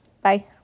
Bye